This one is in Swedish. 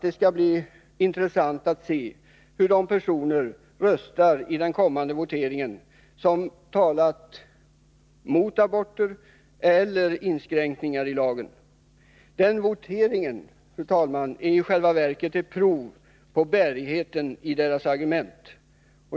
Det skall bli ytterst intressant att se hur de personer som talat mot aborter eller för inskränkningar i lagen kommer att rösta i den kommande voteringen. Denna är själva verket ett prov på bärigheten i deras argument.